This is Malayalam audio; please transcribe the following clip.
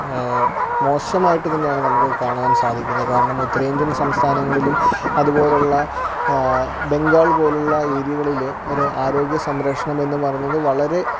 മോശമായിട്ട് തന്നെയാണ് നമുക്ക് കാണാൻ സാധിക്കുന്നത് കാരണം ഉത്തരേന്ത്യൻ സംസ്ഥാനങ്ങളിലും അതുപോലുള്ള ബംഗാൾ പോലുള്ള ഏരിയകളില് ഒരു ആരോഗ്യസംരക്ഷണം എന്ന് പറയുന്നത് വളരെ